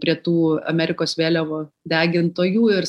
prie tų amerikos vėliavų degintojų ir